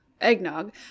eggnog